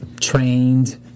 trained